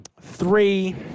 three